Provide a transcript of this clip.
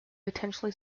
potentially